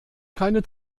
keine